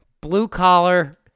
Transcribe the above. blue-collar